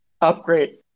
upgrade